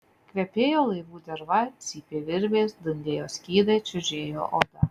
kvepėjo laivų derva cypė virvės dundėjo skydai čiužėjo oda